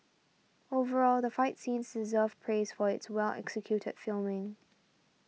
overall the fight scenes deserve praise for its well executed filming